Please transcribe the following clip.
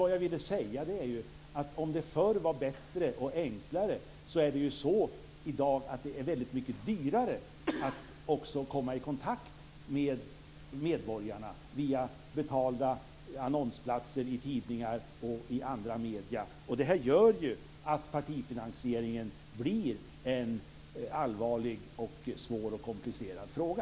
Vad jag vill säga är att om det förr var bättre och enklare, är det i dag väldigt mycket dyrare att också komma i kontakt med medborgarna via betalda annonsplatser i tidningar och andra medier. Det gör att partifinansieringen blir en allvarlig, svår och komplicerad fråga.